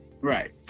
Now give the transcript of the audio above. Right